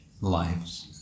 lives